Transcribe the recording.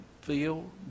feel